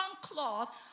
cloth